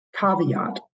Caveat